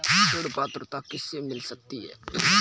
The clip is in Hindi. ऋण पात्रता किसे किसे मिल सकती है?